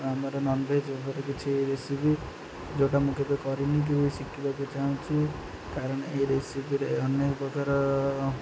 ଆମର ନନଭେଜ୍ ଉପରେ କିଛି ରେସିପି ଯେଉଁଟା ମୁଁ କେବେେ କରିନି କିି ଶିଖିବାକୁ ଚାହୁଁଛି କାରଣ ଏଇ ରେସିପିରେ ଅନେକ ପ୍ରକାର